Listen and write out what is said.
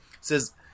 says